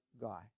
guy